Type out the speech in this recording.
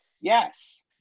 Yes